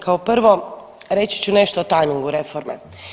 Kao prvo reći ću nešto o tajmingu reforme.